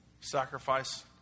Sacrifice